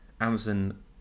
Amazon